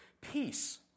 Peace